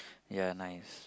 ya nice